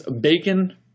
bacon